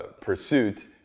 pursuit